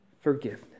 forgiveness